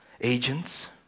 agents